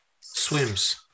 swims